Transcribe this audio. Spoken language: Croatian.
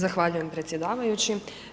Zahvaljujem predsjedavajući.